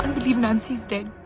and believe nancy's dead.